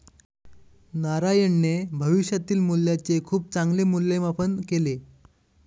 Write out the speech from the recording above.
नारायणने भविष्यातील मूल्याचे खूप चांगले मूल्यमापन केले